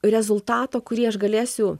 rezultato kurį aš galėsiu